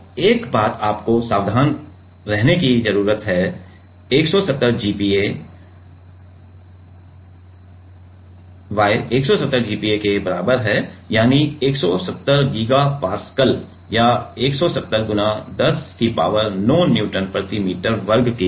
तो एक बात आपको सावधान रहने की जरूरत है 170 GPa Y 170 GPa के बराबर है यानी 170 गीगा पास्कल या 170 X 10 पावर 9 न्यूटन प्रति मीटर वर्ग के लिए